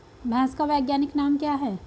भैंस का वैज्ञानिक नाम क्या है?